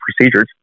procedures